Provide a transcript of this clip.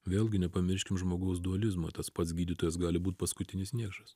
vėlgi nepamirškim žmogaus dualizmo tas pats gydytojas gali būt paskutinis niekšas